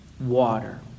water